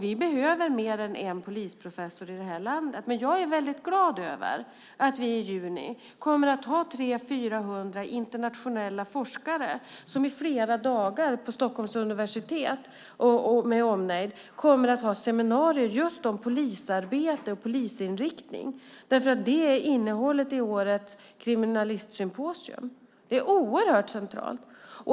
Vi behöver fler än en polisprofessor i det här landet, och jag är glad att vi i juni kommer att ha 300-400 internationella forskare som vid Stockholms universitet med omnejd under flera dagar kommer att ha seminarier om just polisarbete och polisinriktning. Det är nämligen innehållet i årets kriminologisymposium. Det är oerhört centralt.